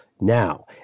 now